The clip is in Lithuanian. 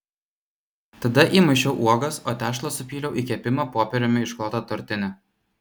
tada įmaišiau uogas o tešlą supyliau į kepimo popieriumi išklotą tortinę